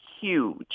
huge